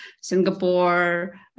Singapore